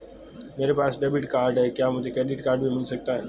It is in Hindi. मेरे पास डेबिट कार्ड है क्या मुझे क्रेडिट कार्ड भी मिल सकता है?